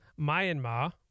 Myanmar